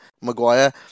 Maguire